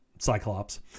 Cyclops